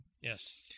Yes